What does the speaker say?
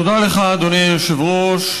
תודה לך, אדוני היושב-ראש.